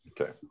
Okay